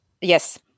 yes